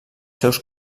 seus